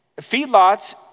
Feedlots